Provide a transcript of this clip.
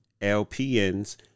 LPNs